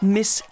Miss